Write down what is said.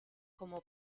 como